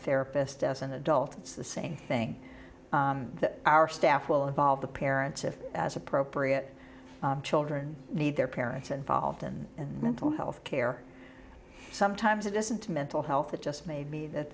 therapist as an adult it's the same thing that our staff will involve the parents if as appropriate children need their parents involved in mental health care sometimes it doesn't mental health it just made me that